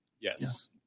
Yes